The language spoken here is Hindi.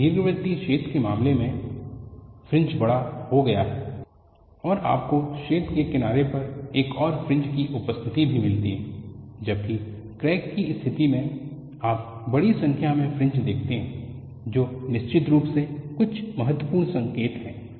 एक दीर्घवृत्तीय छेद के मामले में फ्रिंज बड़ा हो गया है और आपको छेद के किनारे पर एक और फ्रिंज की उपस्थिति भी मिलती है जबकि क्रैक कि स्थिति में आप बड़ी संख्या में फ्रिंज देखते हैं जो निश्चित रूप से कुछ महत्वपूर्ण संकेत है